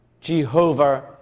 Jehovah